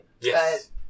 Yes